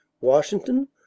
Washington